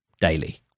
daily